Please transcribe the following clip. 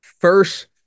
first